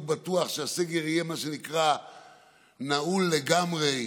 שבטוח שהסגר יהיה מה שנקרא נעול לגמרי.